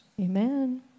Amen